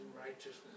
righteousness